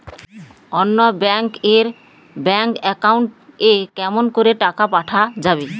অন্য ব্যাংক এর bank account এ কেমন করে টাকা পাঠা যাবে?